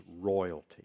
royalty